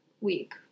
week